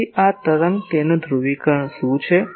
તેથી આ તરંગ તેનું ધ્રુવીકરણ શું છે